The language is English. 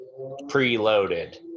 preloaded